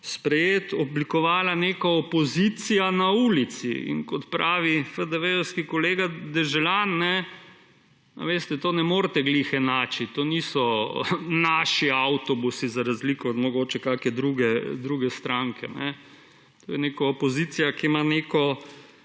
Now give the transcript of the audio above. sprejet, oblikovala neka opozicija na ulici in kot pravi FDV-ejevski kolega Deželan, veste to ne morete »glih« enačiti, to niso naši avtobusi za razliko od mogoče kakšne druge stranke. To je neka opozicija, ki ima neko